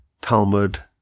Talmud